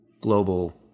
global